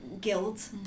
guilt